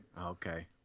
Okay